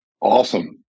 Awesome